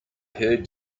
heard